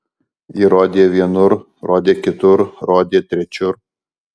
ji rodė vienur rodė kitur rodė trečiur